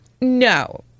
No